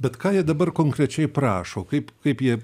bet ką jie dabar konkrečiai prašo kaip kaip jie